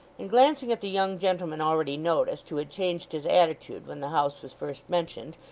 and glancing at the young gentleman already noticed, who had changed his attitude when the house was first mentioned,